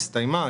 הסתיימה,